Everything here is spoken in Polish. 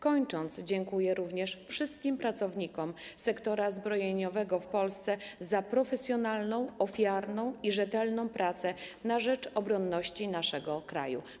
Kończąc, dziękuję również wszystkim pracownikom sektora zbrojeniowego w Polsce za profesjonalną, ofiarną i rzetelną pracę na rzecz obronności naszego kraju.